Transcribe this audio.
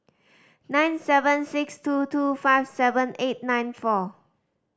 nine seven six two two five seven eight nine four